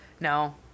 No